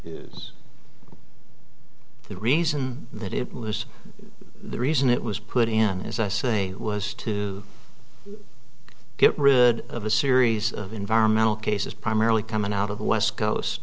is the reason that it was the reason it was put in as i say was to get rid of a series of environmental cases primarily coming out of the west coast